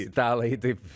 italai taip